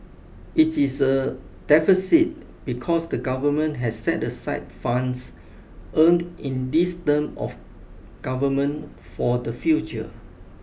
it is a deficit because the government has set aside funds earned in this term of government for the future